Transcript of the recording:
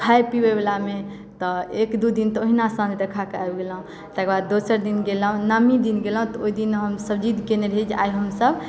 खाइ पीबैवलामे तऽ एक दू दिन तऽ ओहिना साँझ देखा कऽ आबि गेलहुँ तकर बाद दोसर दिन गेलहुँ नवमी दिन गेलहुँ तऽ ओहि दिन हमसभ जिद कयने रही जे आइ हमसभ